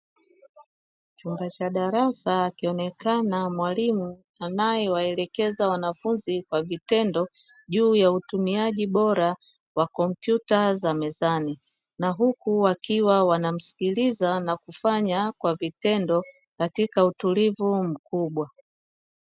Chumba cha darasa akionekana mwalimu anaewaelekeza wanafunzi kwa vitendo, juu ya utumiaji bora wa kompyuta za mezani, na huku wakiwa wanamsikiliza na kufanya kwa vitendo, katika utulivu mkubwa.